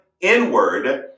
inward